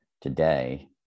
today